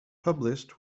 published